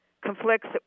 conflicts